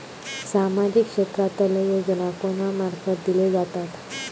सामाजिक क्षेत्रांतले योजना कोणा मार्फत दिले जातत?